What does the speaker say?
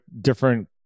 different